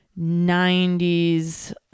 90s